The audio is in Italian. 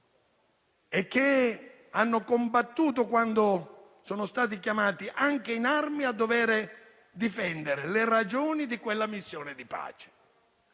54 e hanno combattuto quando sono stati chiamati anche in armi a dover difendere le ragioni di quella missione di pace.